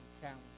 challenge